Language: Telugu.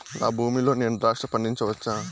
నా భూమి లో నేను ద్రాక్ష పండించవచ్చా?